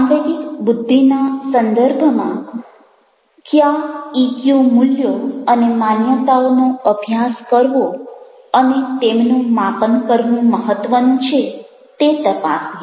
સાંવેગિક બુદ્ધિના સંદર્ભમાં ક્યા ઇક્યુ મૂલ્યો અને માન્યતાઓનો અભ્યાસ કરવો અને તેમનું માપન કરવું મહત્વનું છે તે તપાસીએ